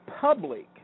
public